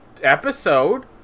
episode